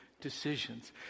decisions